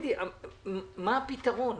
מה הפתרון?